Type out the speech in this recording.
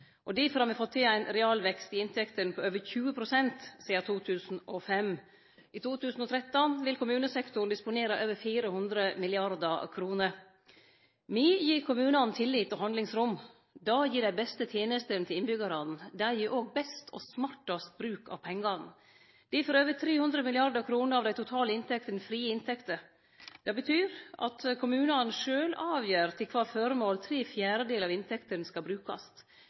vårt. Difor har me fått til ein realvekst i inntektene på over 20 pst. sidan 2005. I 2013 vil kommunesektoren disponere over 400 mrd. kr. Me gir kommunane tillit og handlingsrom. Det gir dei beste tenestene til innbyggjarane. Det gir òg best og smartast bruk av pengane. Difor er over 300 mrd. kr av dei totale inntektene frie inntekter. Det betyr at kommunane sjølve avgjer til kva føremål tre fjerdedelar av inntektene skal brukast